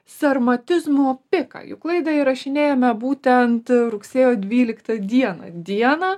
sarmatizmo piką juk laidą įrašinėjame būtent rugsėjo dvyliktą dieną dieną